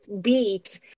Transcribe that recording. beat